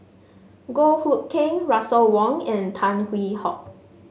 Goh Hood Keng Russel Wong and Tan Hwee Hock